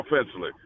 offensively